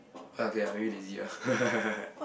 ah okay ah maybe lazy ah